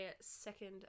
second